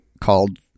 called